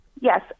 Yes